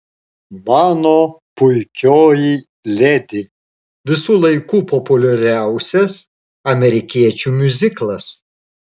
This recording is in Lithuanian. mano puikioji ledi visų laikų populiariausias amerikiečių miuziklas